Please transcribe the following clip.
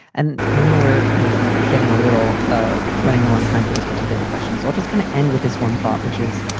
and i know where we're getting a little running low on time for this particular question. so i'll just kind of end with this one thought, which is,